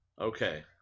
okay